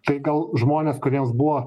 tai gal žmonės kuriems buvo